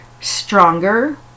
stronger